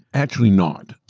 actually not.